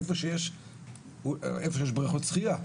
איפה שיש בריכות שחיה.